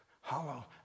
hollow